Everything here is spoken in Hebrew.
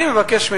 אני מבקש,